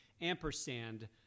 ampersand